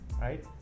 right